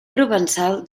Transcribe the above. provençal